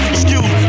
Excuse